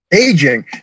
Aging